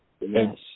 yes